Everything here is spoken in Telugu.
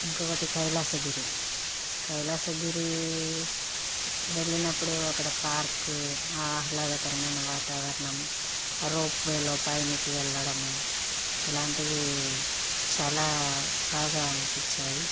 ఇంకొకటి కైలాసగిరి కైలాసగిరి వెళ్ళినప్పుడు అక్కడ పార్కు ఆహ్లాదకరమైన వాతావరణం రోప్వేలో పైనికి వెళ్ళడం ఇలాంటివి చాలా బాగా అనిపించాయి